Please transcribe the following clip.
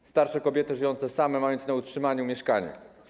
To starsze kobiety żyjące same, mające na utrzymaniu mieszkanie.